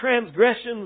transgressions